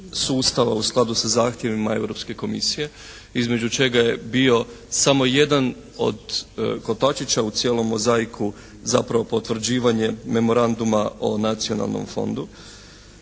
u skladu sa zahtjevima Europske komisije između čega je bio samo jedan od kotačića u cijelom mozaiku zapravo potvrđivanje Memoranduma o Nacionalnom fondu.